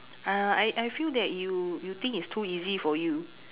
uh I I feel that you you think is too easy for you